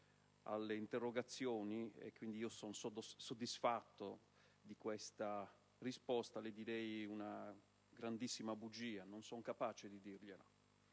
alle interrogazioni, e che quindi sono soddisfatto della sua risposta, le direi una grandissima bugia, ma non sono capace di farlo.